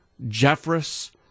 Jeffress